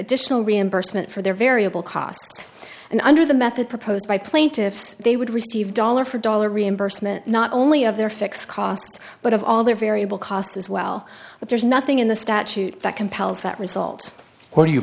additional reimbursement for their variable costs and under the method proposed by plaintiffs they would receive dollar for dollar reimbursement not only of their fixed costs but of all their variable costs as well but there's nothing in the statute that compels that result what do you